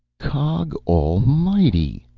cog almighty,